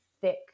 thick